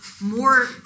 more